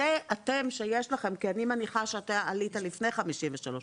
אני מניחה שאתה עלית לפני 1953,